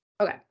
Okay